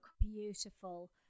Beautiful